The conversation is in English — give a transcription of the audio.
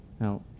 Now